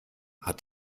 hat